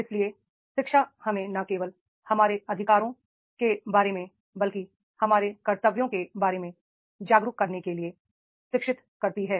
इसलिए शिक्षा हमें न केवल हमारे अधिकारों के बारे में बल्कि हमारे कर्तव्यों के बारे में जागरूक करने के लिए शिक्षित करती है